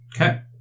Okay